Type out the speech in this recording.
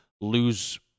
lose